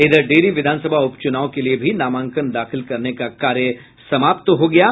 इधर डिहरी विधानसभा उपचुनाव के लिए भी नामांकन दाखिल करने कार्य समाप्त हो गया है